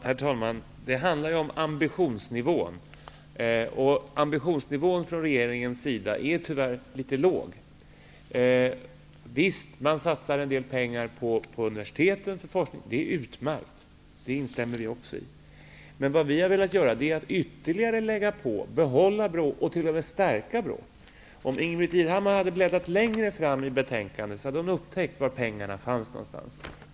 Herr talman! Det handlar om ambitionsnivån. Regeringens ambitionsnivå är tyvärr litet låg. Man satsar en del pengar på universiteten för forskning. Det är utmärkt. Det instämmer vi också i. Men vi har velat behålla BRÅ och t.o.m. stärka BRÅ. Om Ingbritt Irhammar hade bläddrat längre fram i betänkandet hade hon upptäckt var pengarna fanns någonstans.